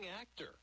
actor